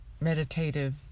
meditative